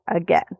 again